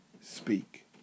speak